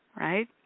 right